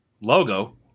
logo